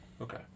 Okay